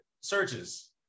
searches